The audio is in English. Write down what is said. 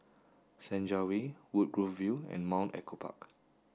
Senja Way Woodgrove View and Mount Echo Park